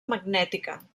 magnètica